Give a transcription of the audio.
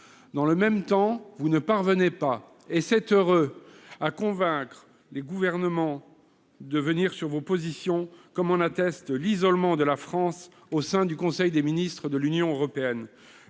Dans le même temps, vous ne parvenez pas, et c'est heureux, à convaincre les autres gouvernements de venir sur vos positions, comme en atteste l'isolement de la France au sein du Conseil des ministres de l'Union européenne.